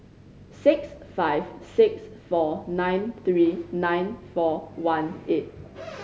six five six four nine three nine four one eight